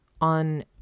on